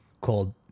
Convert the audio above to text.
called